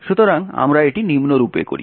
সুতরাং আমরা এটি নিম্নরূপে করি